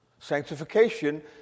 Sanctification